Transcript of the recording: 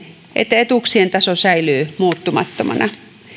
että etuuksien taso säilyy muuttumattomana